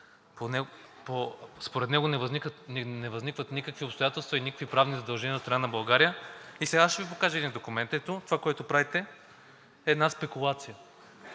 Според него не възникват никакви обстоятелства и никакви правни задължения от страна на България. Сега аз ще Ви покажа един документ. Ето това, което правите, е една спекулация.